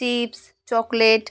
chips chocolate